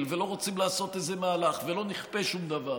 ולא רוצים לעשות מהלך ולא נכפה שום דבר,